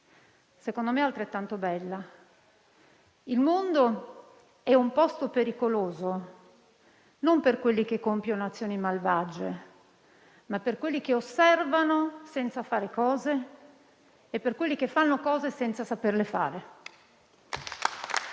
mio parere altrettanto bella: «Il mondo è un posto pericoloso non per quelli che compiono azioni malvagie, ma per quelli che osservano senza fare cose e per quelli che fanno cose senza saperle fare».